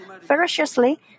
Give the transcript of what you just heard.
ferociously